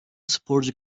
sporcu